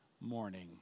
morning